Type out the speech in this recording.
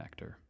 connector